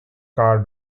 car